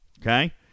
Okay